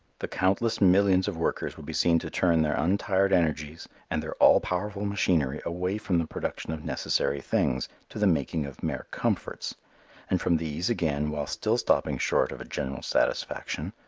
the countless millions of workers would be seen to turn their untired energies and their all-powerful machinery away from the production of necessary things to the making of mere comforts and from these, again, while still stopping short of a general satisfaction,